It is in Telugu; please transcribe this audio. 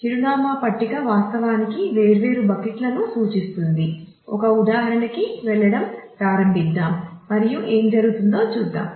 చిరునామా పట్టిక వాస్తవానికి వేర్వేరు బకెట్లను సూచిస్తుంది ఒక ఉదాహరణకి వెళ్లడం ప్రారంభిద్దాం మరియు ఏమి జరుగుతుందో చూద్దాం